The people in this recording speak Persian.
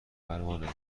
پروانه